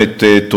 הכנסת מיקי לוי.